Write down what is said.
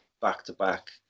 back-to-back